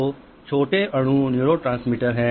तो छोटे अणु न्यूरोट्रांसमीटर हैं